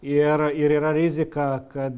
ir ir yra rizika kad